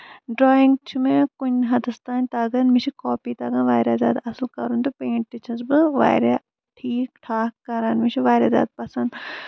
drawing چھِ مےٚ کُنہِ حدس تام تَگان مےٚ چھُ کاپی تَگان واریاہ زیادٕ اَصٕل کَرُن تہٕ پینٹ تہِ چھَس بہٕ واریاہ ٹھیٖک ٹھاکھ کران مےٚ چھُ واریاہ زیادٕ پَسند